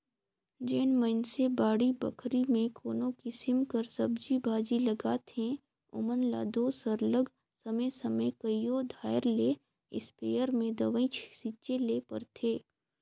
जेन मइनसे बाड़ी बखरी में कोनो किसिम कर सब्जी भाजी लगाथें ओमन ल दो सरलग समे समे कइयो धाएर ले इस्पेयर में दवई छींचे ले परथे